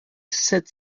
sept